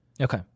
Okay